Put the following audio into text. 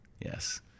Yes